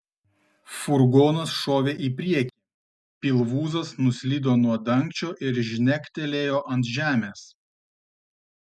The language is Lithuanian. furgonas šovė į priekį pilvūzas nuslydo nuo dangčio ir žnegtelėjo ant žemės